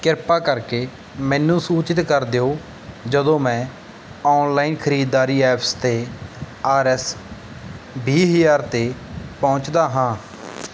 ਕਿਰਪਾ ਕਰਕੇ ਮੈਨੂੰ ਸੂਚਿਤ ਕਰ ਦਿਉ ਜਦੋਂ ਮੈਂ ਔਨਲਾਇਨ ਖਰੀਦਦਾਰੀ ਐਪਸ 'ਤੇ ਆਰ ਐੱਸ ਵੀਹ ਹਜ਼ਾਰ 'ਤੇ ਪਹੁੰਚਦਾ ਹਾਂ